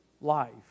life